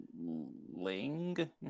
Ling